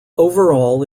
overall